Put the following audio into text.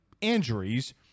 injuries